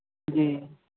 जी